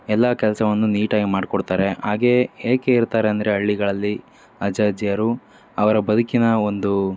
ಎಲ್ಲ ಕೆಲಸವನ್ನು ನೀಟಾಗಿ ಮಾಡಿಕೊಡ್ತಾರೆ ಹಾಗೇ ಏಕೆ ಇರ್ತಾರೆ ಅಂದರೆ ಹಳ್ಳಿಗಳಲ್ಲಿ ಅಜ್ಜ ಅಜ್ಜಿಯರು ಅವರ ಬದುಕಿನ ಒಂದು